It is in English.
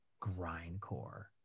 grindcore